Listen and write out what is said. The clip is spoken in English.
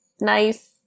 nice